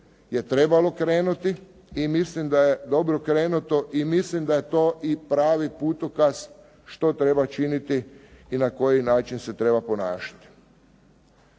je trebalo krenuti i mislim da je dobro krenuto i mislim da je to i pravi putokaz što treba činiti i na koji način se treba ponašati.